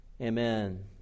Amen